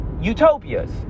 utopias